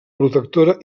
protectora